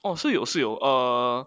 哦是有是有 err